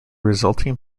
resulting